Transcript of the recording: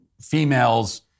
females